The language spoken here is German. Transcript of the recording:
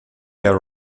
der